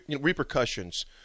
repercussions